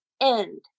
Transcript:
end